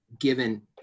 given